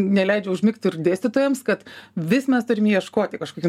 neleidžia užmigt ir dėstytojams kad vis mes turim ieškoti kažkokių